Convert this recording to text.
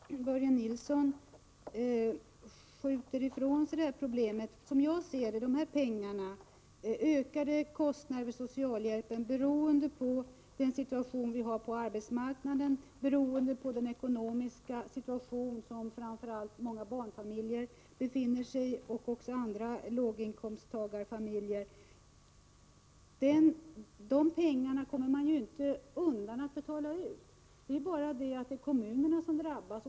Herr talman! Jag tycker att Börje Nilsson skjuter ifrån sig problemet, som är de ökade kostnaderna för socialhjälpen beroende på den situation som vi har på arbetsmarknaden och på den ekonomiska situation som framför allt många barnfamiljer och andra låginkomsttagarfamiljer befinner sig i. Man slipper inte undan från att betala ut de pengarna. Det är bara det att det är kommunerna som drabbas.